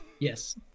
Yes